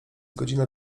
godzina